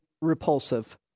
repulsive